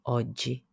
oggi